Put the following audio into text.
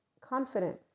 confident